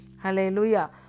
Hallelujah